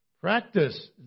practice